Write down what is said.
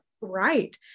right